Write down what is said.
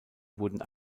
wurden